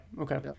okay